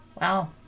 Wow